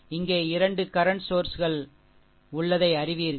இங்கே இரண்டு கரன்ட் சோர்ஷ்கள் உள்ளதை அறிவீர்கள்